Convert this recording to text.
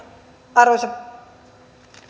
arvoisa